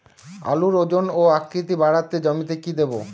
আলুর ওজন ও আকৃতি বাড়াতে জমিতে কি দেবো?